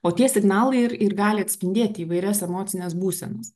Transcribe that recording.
o tie signalai ir gali atspindėti įvairias emocines būsenas